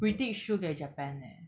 we did 输给 japan eh